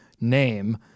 name